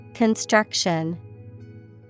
Construction